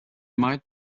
might